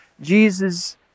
Jesus